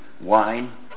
wine